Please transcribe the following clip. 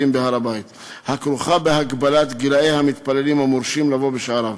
בהר-הבית הכרוכה בהגבלת גיל המתפללים המורשים לבוא בשעריו.